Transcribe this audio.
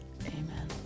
amen